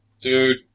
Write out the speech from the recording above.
Dude